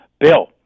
Bill